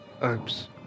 herbs